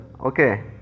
okay